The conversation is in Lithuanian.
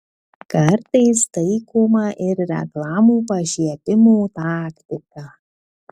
kartais taikoma ir reklamų pašiepimo taktika